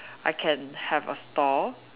I can have a stall